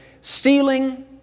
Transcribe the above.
stealing